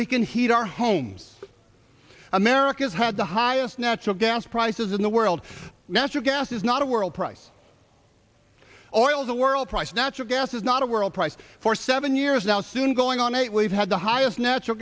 we can heat our homes america's had the highest natural gas prices in the world natural gas is not a world price of oil the world price of natural gas is not a world price for seven years now soon going on eight we've had the highest natural